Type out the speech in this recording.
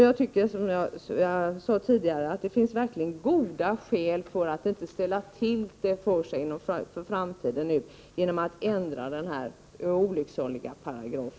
Jag tycker, som jag sade tidigare, att det finns goda skäl för att man inte ställer till det för framtiden genom att ändra denna olycksaliga paragraf.